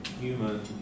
human